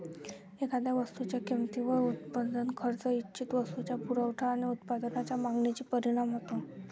एखाद्या वस्तूच्या किमतीवर उत्पादन खर्च, इच्छित वस्तूचा पुरवठा आणि उत्पादनाच्या मागणीचा परिणाम होतो